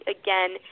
again